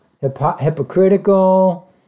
hypocritical